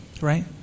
Right